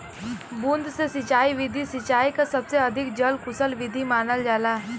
बूंद से सिंचाई विधि सिंचाई क सबसे अधिक जल कुसल विधि मानल जाला